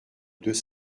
deux